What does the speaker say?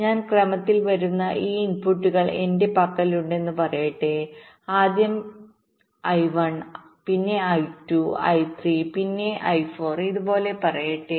ഞാൻ ക്രമത്തിൽ വരുന്ന ഈ ഇൻപുട്ടുകൾ എന്റെ പക്കലുണ്ടെന്ന് പറയട്ടെ ആദ്യം I1 പിന്നെ I2 I3 പിന്നെ I4 ഇതുപോലെ പറയട്ടെ